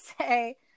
say